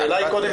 זאת עבירת